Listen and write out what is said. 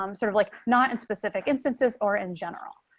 um sort of like not in specific instances or in general.